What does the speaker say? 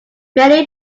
many